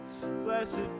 blessed